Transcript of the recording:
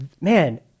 man